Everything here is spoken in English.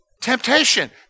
temptation